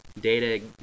Data